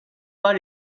pas